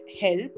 help